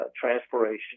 transpiration